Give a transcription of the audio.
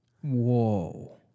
Whoa